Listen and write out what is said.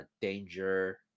Danger